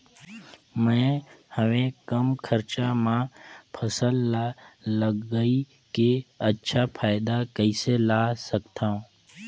मैं हवे कम खरचा मा फसल ला लगई के अच्छा फायदा कइसे ला सकथव?